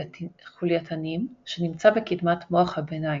ההיפותלמוס הוא אזור במוח חולייתנים שנמצא בקדמת מוח הביניים,